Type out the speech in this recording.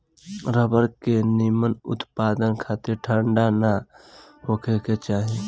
rubber के निमन उत्पदान खातिर ठंडा ना होखे के चाही